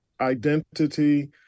identity